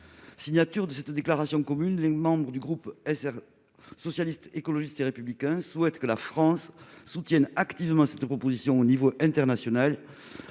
Signataires de cette déclaration commune, les membres du groupe Socialiste, Écologiste et Républicain souhaitent que la France soutienne activement cette position au niveau international,